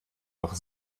noch